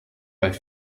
bei